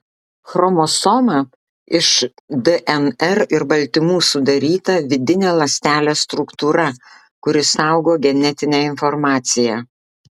chromosoma iš dnr ir baltymų sudaryta vidinė ląstelės struktūra kuri saugo genetinę informaciją